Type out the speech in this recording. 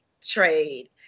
trade